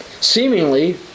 Seemingly